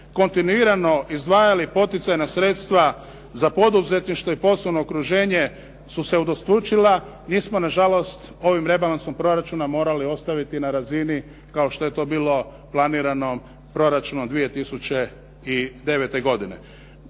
kontinuirano izdvajali poticajna sredstva za poduzetništvo i poslovno okruženje su se udvostručila, nismo na žalost ovim rebalansom proračuna morali ostaviti na razini kao što je to bilo planirano proračunom 2009. godine.